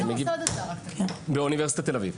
אני לומד באוניברסיטת תל אביב.